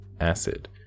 acid